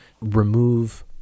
remove